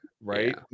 Right